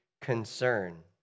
concern